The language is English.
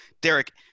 Derek